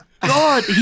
God